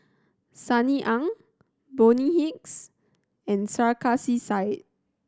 Sunny Ang Bonny Hicks and Sarkasi Said